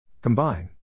Combine